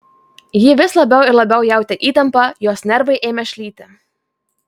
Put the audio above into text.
ji vis labiau ir labiau jautė įtampą jos nervai ėmė šlyti